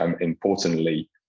importantly